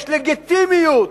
יש לגיטימיות,